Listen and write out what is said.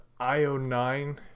Io9